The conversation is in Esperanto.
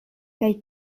kaj